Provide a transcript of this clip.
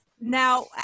Now